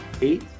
eight